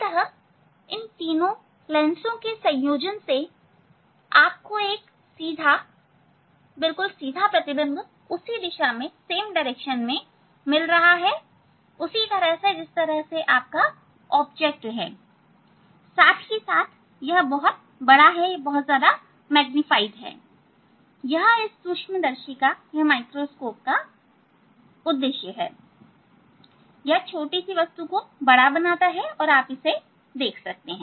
अंततः इन तीन लेंसों के संयोजन से आपको एक सीधा प्रतिबिंब उसी दिशा में मिल रहा है उसी तरह से जिस तरह आपकी वस्तु हैं साथ ही साथ यह बहुत आवरधित भी है यह इस सूक्ष्मदर्शी का उद्देश्य है यह छोटी सी वस्तु को बड़ा बनाता है और आप इसे देख सकते हैं